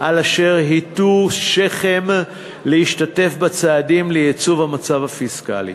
על אשר הטו שכם להשתתף בצעדים לייצוב המצב הפיסקלי.